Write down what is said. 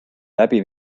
läbi